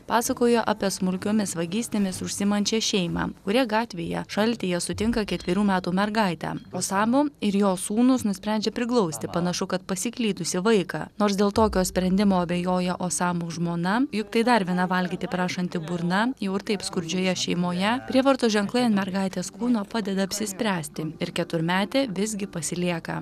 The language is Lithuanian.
pasakoja apie smulkiomis vagystėmis užsiimančią šeimą kurie gatvėje šaltyje sutinka ketverių metų mergaitę osamo ir jo sūnūs nusprendžia priglausti panašu kad pasiklydusį vaiką nors dėl tokio sprendimo abejoja osamo žmona juk tai dar viena valgyti prašanti burna jau ir taip skurdžioje šeimoje prievartos ženklai ant mergaitės kūno padeda apsispręsti ir keturmetė visgi pasilieka